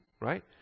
right